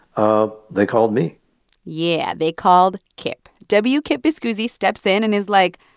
ah they called me yeah, they called kip. w. kip viscusi steps in and is like,